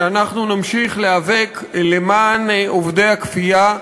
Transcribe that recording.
שאנחנו נמשיך להיאבק למען עובדי הכפייה,